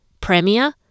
Premier